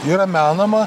yra menama